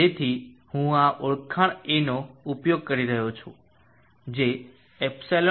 તેથી હું આ ઓળખાણ A નો ઉપયોગ કરી રહ્યો છું જે ε d 3